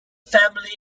family